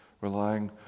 relying